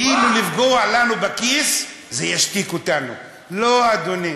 אתה היושב-ראש, לא אני.